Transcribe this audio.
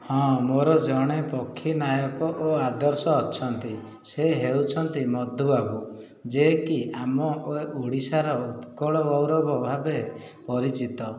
ହଁ ମୋର ଜଣେ ପକ୍ଷୀ ନାୟକ ଓ ଆଦର୍ଶ ଅଛନ୍ତି ସେ ହେଉଛନ୍ତି ମଧୁ ବାବୁ ଯିଏକି ଆମ ଓଡ଼ିଶାର ଉତ୍କଳ ଗୌରବ ଭାବେ ପରିଚିତ